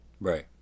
right